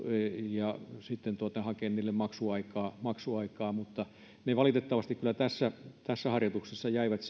ja hakea niille maksuaikaa maksuaikaa mutta ne valitettavasti tässä tässä harjoituksessa jäivät